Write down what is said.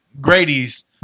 Grady's